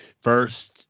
first